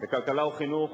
לכלכלה וחינוך